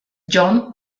john